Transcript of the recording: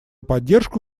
поддержку